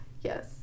Yes